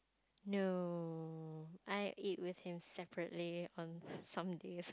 no I eat with him separately on some days